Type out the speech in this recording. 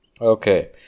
Okay